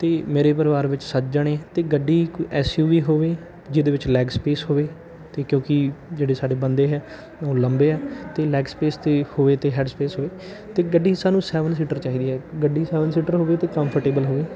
ਅਤੇ ਮੇਰੇ ਪਰਿਵਾਰ ਵਿੱਚ ਸੱਤ ਜਣੇ ਹੈ ਅਤੇ ਗੱਡੀ ਐਸ ਯੂ ਵੀ ਹੋਵੇ ਜਿਹਦੇ ਵਿੱਚ ਲੈਗ ਸਪੇਸ ਹੋਵੇ ਅਤੇ ਕਿਉਂਕਿ ਜਿਹੜੇ ਸਾਡੇ ਬੰਦੇ ਹੈ ਉਹ ਲੰਬੇ ਹੈ ਅਤੇ ਲੈਗ ਸਪੇਸ ਤਾਂ ਹੋਵੇ ਅਤੇ ਹੈਡ ਸਪੇਸ ਹੋਵੇ ਅਤੇ ਗੱਡੀ ਸਾਨੂੰ ਸੈਵਨ ਸੀਟਰ ਚਾਹੀਦੀ ਹੈ ਗੱਡੀ ਸੈਵਨ ਸੀਟਰ ਹੋਵੇ ਅਤੇ ਕੰਫਰਟੇਬਲ ਹੋਵੇ